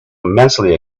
immensely